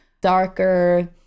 darker